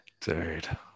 Dude